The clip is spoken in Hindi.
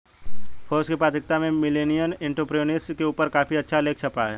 फोर्ब्स की पत्रिका में मिलेनियल एंटेरप्रेन्योरशिप के ऊपर काफी अच्छा लेख छपा है